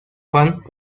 juan